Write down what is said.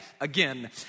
again